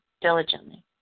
diligently